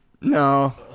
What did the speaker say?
No